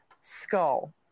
skull